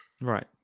Right